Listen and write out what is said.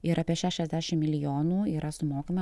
ir apie šešiasdešim milijonų yra sumokama